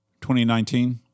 2019